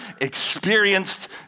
experienced